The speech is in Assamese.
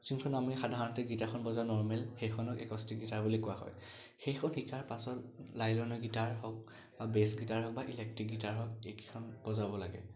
যোনখন আমি সাধাৰণতে গীটাৰখন বজাওঁ নৰ্মেল সেইখনক একষ্টিক গীটাৰ বুলি কোৱা হয় সেইখন শিকাৰ পাছত লাইলনৰ গীটাৰ হওক বা বে'ছ গীটাৰ হওক বা ইলেক্ট্ৰিক গীটাৰ হওক এইকেইখন বজাব লাগে